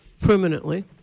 Permanently